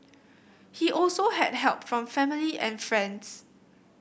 he also had help from family and friends